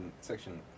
section